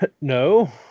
no